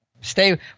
Stay